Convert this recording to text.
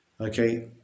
Okay